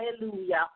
Hallelujah